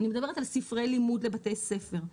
אני מדברת על ספרי לימוד לבתי ספר,